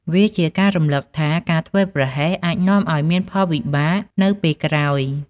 វាជាការរំលឹកថា ការធ្វេសប្រហែសអាចនាំឱ្យមានផលវិបាកនៅពេលក្រោយ។